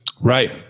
Right